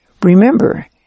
Remember